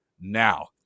now